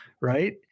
right